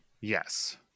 Yes